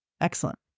Excellent